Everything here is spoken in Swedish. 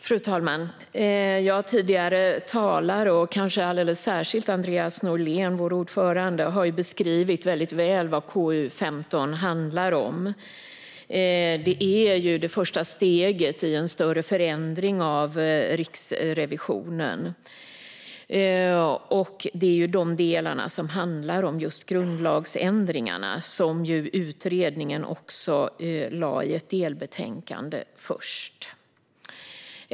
Fru talman! Tidigare talare och kanske alldeles särskilt Andreas Norlén, vår ordförande, har väldigt väl beskrivit vad KU15 handlar om. Det är det första steget i en större förändring av Riksrevisionen. Det är de delar som handlar om just grundlagsändringarna, som ju utredningen först lade i ett delbetänkande.